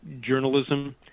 journalism